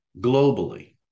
globally